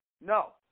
No